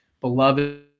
beloved